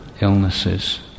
illnesses